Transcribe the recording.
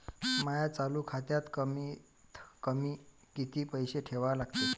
माया चालू खात्यात कमीत कमी किती पैसे ठेवा लागते?